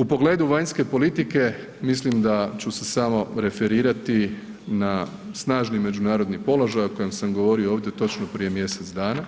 U pogledu vanjske politike mislim da ću se samo referirati na snažni međunarodni položaj o kojem sam govorio ovdje točno prije mjesec dana,